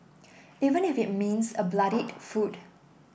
even if it means a bloodied foot